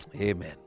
Amen